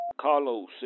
Carlos